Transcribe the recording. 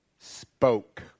spoke